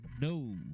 No